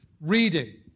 Reading